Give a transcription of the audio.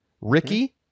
ricky